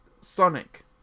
Sonic